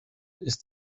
ist